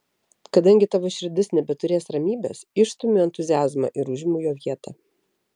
kadangi tavo širdis nebeturės ramybės išstumiu entuziazmą ir užimu jo vietą